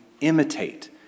imitate